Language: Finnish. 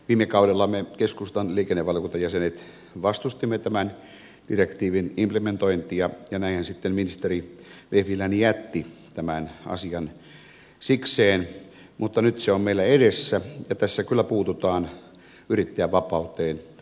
viime kaudella me keskustan liikennevaliokunnan jäsenet vastustimme tämän direktiivin implementointia ja näinhän sitten ministeri vehviläinen jätti tämän asian sikseen mutta nyt se on meillä edessä ja tässä kyllä puututaan yrittäjän vapauteen ennennäkemättömällä tavalla